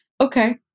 okay